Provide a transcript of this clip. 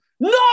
No